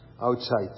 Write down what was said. outside